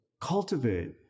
cultivate